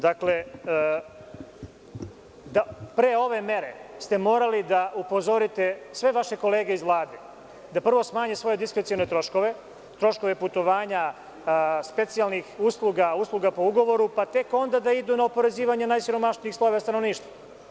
Dakle, pre ove mere ste morali da upozorite sve vaše kolege iz Vlade, da prvo smanje svoje diskrecione troškove, troškove putovanja, specijalnih usluga, usluga po ugovoru, pa tek onda da idu na oporezivanje najsiromašnijeg sloja stanovništva.